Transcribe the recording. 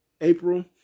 April